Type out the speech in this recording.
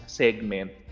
segment